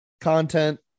content